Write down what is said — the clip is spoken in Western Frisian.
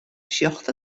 sjocht